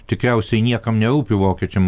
tikriausiai niekam nerūpi vokiečiam